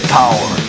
power